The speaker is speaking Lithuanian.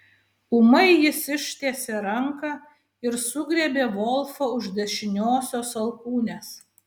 ūmai jis ištiesė ranką ir sugriebė volfą už dešiniosios alkūnės